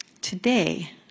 Today